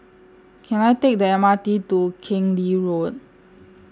Can I Take The M R T to Keng Lee Road